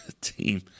team